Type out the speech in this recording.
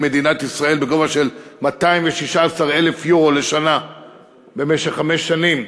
מדינת ישראל בגובה של 216,000 יורו לשנה במשך חמש שנים.